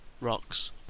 rocks